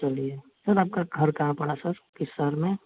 चलिए सर आपका घर कहाँ पड़ा सर किस शहर में